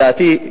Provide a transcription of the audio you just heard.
לדעתי,